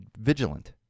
vigilant